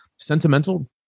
sentimental